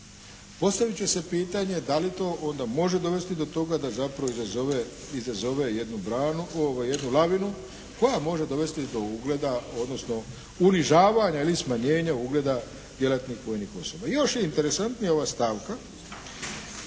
Postavit će se pitanje da li to onda može dovesti do toga da zapravo izazove jednu branu, jednu lavinu koja može dovesti do ugleda, odnosno unižavanja ili smanjenja ugleda djelatnih vojnih osoba. Još je interesantnija ova stavka